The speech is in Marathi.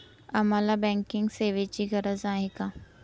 आम्हाला बँकिंग सेवेची गरज का आहे?